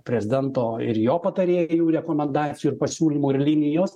prezidento ir jo patarėj rekomendacijų ir pasiūlymų ir linijos